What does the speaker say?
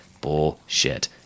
Bullshit